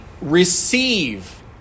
receive